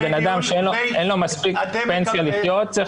בן אדם שאין לו מספיק פנסיה לחיות צריך